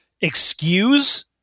excuse